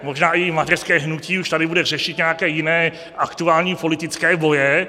Možná i její mateřské hnutí už tady bude řešit nějaké jiné aktuální politické boje.